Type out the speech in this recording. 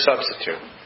substitute